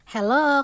Hello